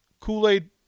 Kool-Aid